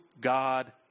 God